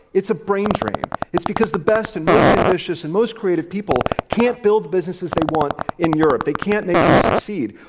it's a brain drain. it's because the best, and most ambitious, and most creative people can't build businesses they want in europe. they can't make them succeed.